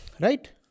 Right